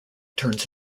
turns